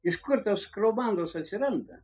iš kur tos komandos atsiranda